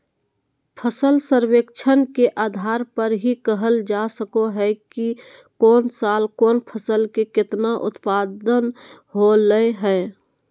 फसल सर्वेक्षण के आधार पर ही कहल जा सको हय कि कौन साल कौन फसल के केतना उत्पादन होलय हें